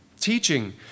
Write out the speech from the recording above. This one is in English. teaching